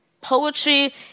Poetry